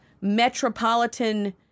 metropolitan